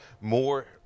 more